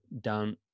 down